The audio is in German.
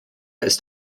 ist